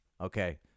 Okay